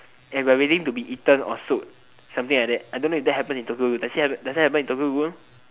and we are waiting to be eaten or sold something like that I don't know if that happens in Tokyo-Ghoul does that happen in Tokyo-Ghoul